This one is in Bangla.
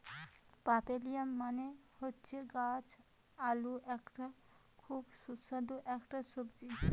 পার্পেলিয়াম মানে হচ্ছে গাছ আলু এটা খুব সুস্বাদু একটা সবজি